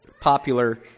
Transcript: popular